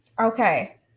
Okay